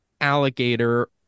alligator